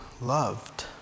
loved